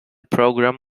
program